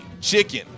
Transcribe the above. chicken